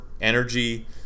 energy